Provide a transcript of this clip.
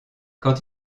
quand